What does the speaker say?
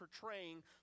portraying